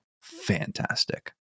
fantastic